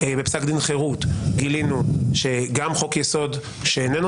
בפסק דין חרות גילינו שגם חוק-יסוד שאיננו